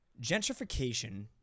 Gentrification